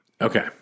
Okay